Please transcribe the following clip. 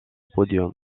podium